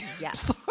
yes